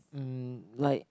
um like